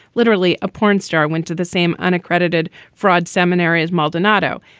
literally a porn star went to the same unaccredited fraud seminary as maldonado.